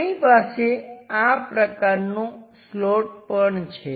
આપણી પાસે આ પ્રકારનો સ્લોટ પણ છે